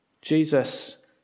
Jesus